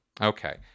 Okay